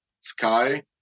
sky